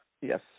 Yes